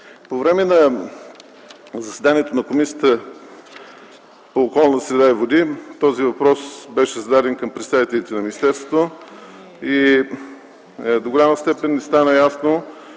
По време на заседанието на Комисията по околната среда и водите този въпрос беше зададен към представителите на министерството и до голяма степен не стана ясно